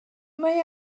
mae